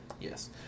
Yes